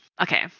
Okay